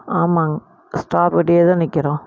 ஆமாங்க ஸ்டாப் கிட்டைவே தான் நிற்கிறோம்